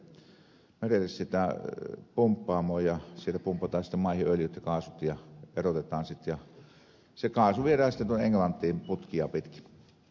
sieltä pumpataan sitten maihin öljyt ja kaasut ja erotetaan sitten ja se kaasu viedään sitten englantiin putkia pitkin